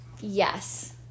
yes